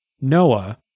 Noah